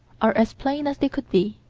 are as plain as they could be.